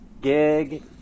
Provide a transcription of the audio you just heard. gig